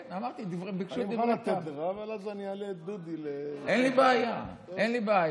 אני אעלה את ביבי, אין לי בעיה.